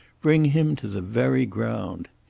bring him to the very ground.